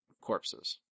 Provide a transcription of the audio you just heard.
Corpses